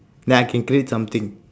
then I can create something